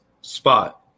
spot